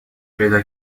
پیدا